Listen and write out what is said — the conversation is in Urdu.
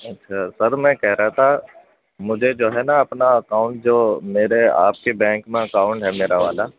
اچھا سر میں کہہ رہا تھا مجھے جو ہے نا اپنا اکاؤنٹ جو میرے آپ کے بینک میں اکاؤنٹ ہے میرا والا